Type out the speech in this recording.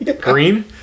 Green